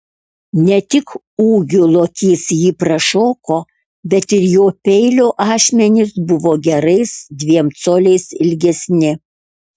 ne tik ūgiu lokys jį prašoko bet ir jo peilio ašmenys buvo gerais dviem coliais ilgesni